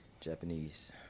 Japanese